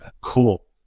cool